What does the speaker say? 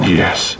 yes